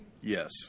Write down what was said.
Yes